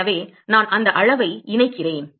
எனவே நான் அந்த அளவை இணைக்கிறேன்